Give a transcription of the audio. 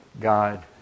God